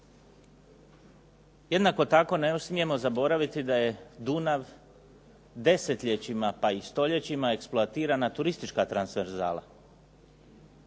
Jednako tako ne smijemo zaboraviti da je Dunav desetljećima pa i stoljećima eksploatirana turistička transverzala